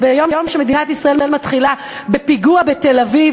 שמדינת ישראל מתחילה בפיגוע בתל-אביב,